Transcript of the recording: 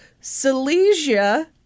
Silesia